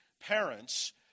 parents